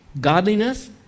godliness